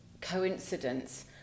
coincidence